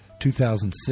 2006